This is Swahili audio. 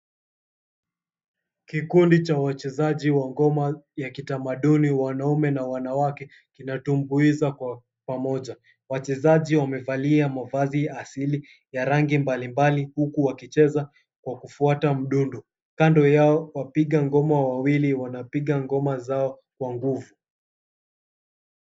Kikundi cha wachezaji wa ngoma ya kitamaduni wanaume na wanawake, kinatumbuiza kwa pamoja. Wachezaji wamevalia mavazi asili ya rangi mbalimbali, huku wakicheza kwa kufuata mdundo. Kando yao wapiga ngoma wawili wanapiga ngoma zao kwa nguvu.